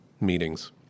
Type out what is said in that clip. meetings